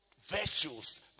virtues